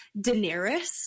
Daenerys